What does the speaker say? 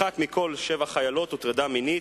אחת מכל שבע חיילות הוטרדה מינית,